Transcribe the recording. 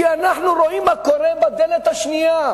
כי אנחנו רואים מה קורה בדלת השנייה,